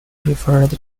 referred